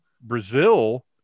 Brazil